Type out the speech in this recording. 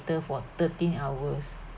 for thirteen hours